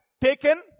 Taken